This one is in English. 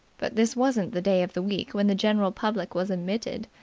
but this wasn't the day of the week when the general public was admitted.